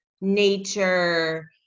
nature